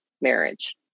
marriage